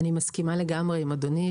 אני מסכימה לגמרי עם אדוני.